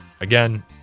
Again